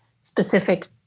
specific